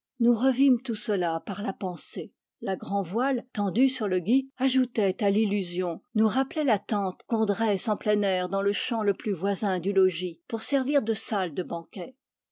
nous revîmes tout cela par la pensée la grand'voile tendue sur le gui ajoutait à l'illusion nous rappelait la tente qu'on dresse en plein air dans le champ le plus voisin du logis pour servir de salle de banquet